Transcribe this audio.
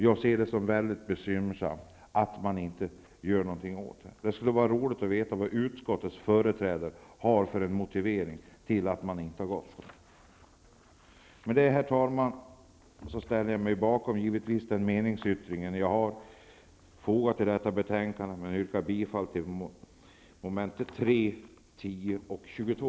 Jag ser det som mycket bekymmersamt att man inte gör något åt detta. Det skulle vara roligt att veta hur utskottets företrädare motiverar sitt avslagsyrkande. Med detta, herr talman, yrkar jag givetvis bifall till den meningsyttring som jag har fogat till detta betänkande vad avser mom. 3, 10 och 22.